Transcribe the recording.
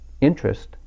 interest